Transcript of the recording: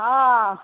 हँ